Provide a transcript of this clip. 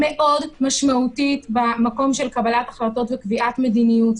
מאוד משמעותית במקום של קבלת החלטות וקביעת מדיניות.